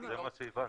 זה מה שהבנתי.